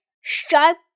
sharp